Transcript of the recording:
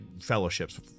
fellowships